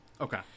Okay